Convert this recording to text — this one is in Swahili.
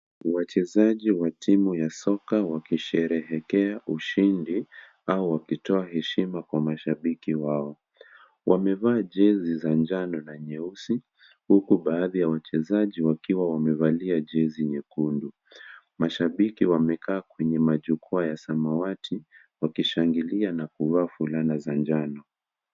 Wachezaji wa timu ya soka waki sherehekea ushindi, au wakitoa heshima kwa mashabiki wao, wamevaa jezi za njano na nyeusi, huku baadhi ya wachezaji wakiwa wamevalia jezi nyekundu, mashabiki wamekaa kwenye majukwaa ya samawati, waki shangilia na kuvaa fulana za njano.